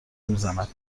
میزند